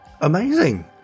Amazing